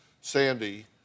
Sandy